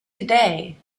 today